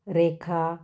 रेखा